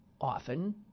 often